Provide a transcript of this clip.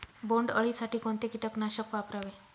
बोंडअळी साठी कोणते किटकनाशक वापरावे?